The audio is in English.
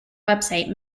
website